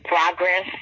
progress